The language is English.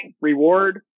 reward